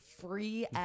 free